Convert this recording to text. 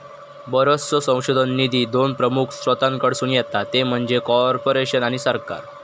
बरोचसो संशोधन निधी दोन प्रमुख स्त्रोतांकडसून येता ते म्हणजे कॉर्पोरेशन आणि सरकार